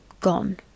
gone